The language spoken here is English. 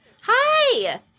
Hi